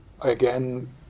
again